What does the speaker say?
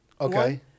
Okay